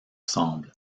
semble